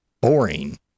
boring